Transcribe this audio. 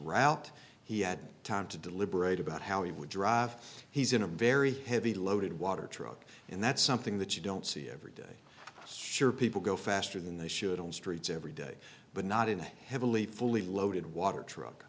route he had time to deliberate about how he would drive he's in a very heavy loaded water truck and that's something that you don't see every day sure people go faster than they should on streets every day but not in a heavily fully loaded water truck